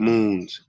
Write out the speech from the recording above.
Moon's